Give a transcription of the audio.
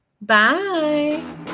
Bye